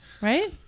right